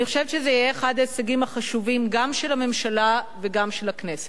אני חושבת שזה יהיה אחד ההישגים החשובים גם של הממשלה וגם של הכנסת.